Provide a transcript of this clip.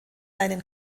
seinen